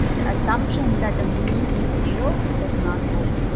the assumption that the mean is zero does not hold.